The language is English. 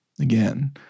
Again